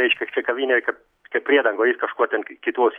reiškia čia kavinė kad kad priedangoj ji kažko ten kitos